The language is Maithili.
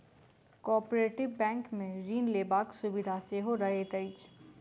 कोऔपरेटिभ बैंकमे ऋण लेबाक सुविधा सेहो रहैत अछि